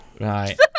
Right